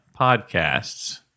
Podcasts